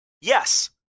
Yes